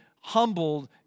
humbled